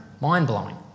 Mind-blowing